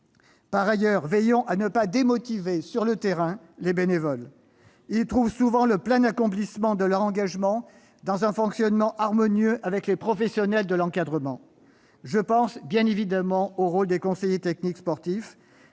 Par ailleurs, veillons à ne pas démotiver les bénévoles sur le terrain, qui trouvent souvent le plein accomplissement de leur engagement dans un fonctionnement harmonieux avec les professionnels de l'encadrement. J'ai à l'esprit, bien évidemment, le rôle des conseillers techniques sportifs,